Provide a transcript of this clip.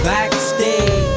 Backstage